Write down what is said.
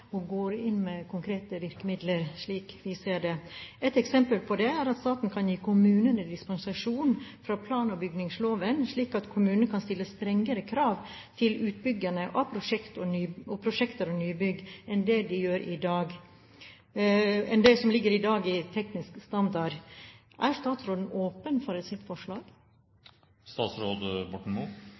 og går inn med konkrete virkemidler, slik vi ser det. Et eksempel på det er at staten kan gi kommunene dispensasjon fra plan- og bygningsloven, slik at kommunene kan stille strengere krav til utbyggerne og prosjekter og nybygg enn det som i dag ligger i teknisk standard. Er statsråden åpen for et slikt forslag?